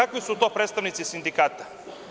Kakvi su to predstavnici sindikata?